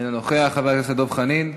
אינו נוכח, חבר הכנסת דב חנין,